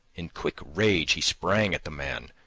in quick rage he sprang at the man,